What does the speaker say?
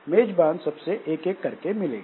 मेजबान सबसे एक एक करके ही मिलेगा